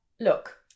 look